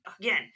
Again